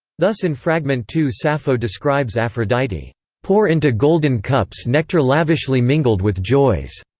thus in fragment two sappho describes aphrodite pour into golden cups nectar lavishly mingled with joys,